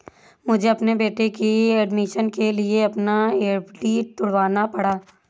मुझे अपने बेटे के एडमिशन के लिए अपना एफ.डी तुड़वाना पड़ा